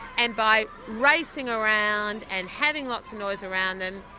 and by racing around and having lots of noise around them,